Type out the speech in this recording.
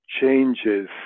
changes